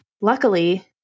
luckily